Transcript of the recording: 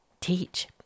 teach